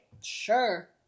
sure